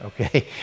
okay